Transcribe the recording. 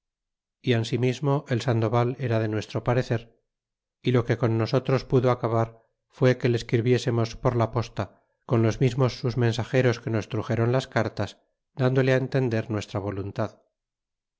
y ansimismo el sandoval era de nuestro parecer y lo que con nosotros pudo acabar fué que le escribiesemos por la posta con los mismos sus mensageros que nos truxéron las cartas dándole entender nuestra voluntad